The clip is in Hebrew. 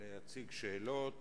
להציג שאלות,